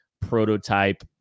prototype